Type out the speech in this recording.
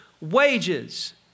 wages